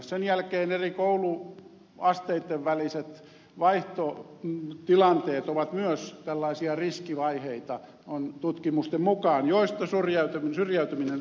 sen jälkeen eri kouluasteitten väliset vaihtotilanteet ovat tutkimusten mukaan myös tällaisia riskivaiheita joista syrjäytyminen uhkaa lähteä